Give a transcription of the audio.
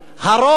הרוב